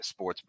sportsbook